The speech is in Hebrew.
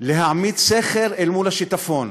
להעמיד סכר אל מול השיטפון.